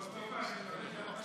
חבריי חברי הכנסת, כבוד השר, אני שמח